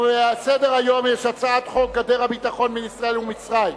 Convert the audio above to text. על סדר-היום הצעת חוק גדר הביטחון בין ישראל ומצרים.